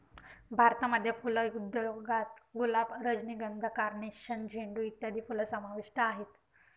भारतामध्ये फुल उद्योगात गुलाब, रजनीगंधा, कार्नेशन, झेंडू इत्यादी फुलं समाविष्ट आहेत